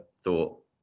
thought